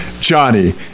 Johnny